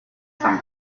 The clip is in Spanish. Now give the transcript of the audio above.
san